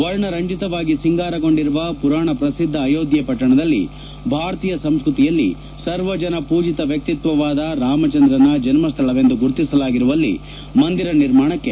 ವರ್ಣರಂಜಿತವಾಗಿ ಸಿಂಗಾರಗೊಂಡಿರುವ ಪುರಾಣ ಪ್ರಸಿದ್ಧ ಅಯೋಧ್ಧೆ ಪಟ್ಟಣದಲ್ಲಿ ಭಾರತೀಯ ಸಂಸ್ಕೃತಿಯಲ್ಲಿ ಸರ್ವಜನ ಪೂಜಿತ ವ್ಯಕ್ತಿತ್ವವಾದ ರಾಮಚಂದ್ರನ ಜನ್ಹ್ವಳವೆಂದು ಗುರುತಿಸಲಾಗಿರುವಲ್ಲಿ ಮಂದಿರ ನಿರ್ಮಾಣಕ್ಕೆ